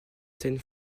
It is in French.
scène